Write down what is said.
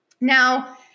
now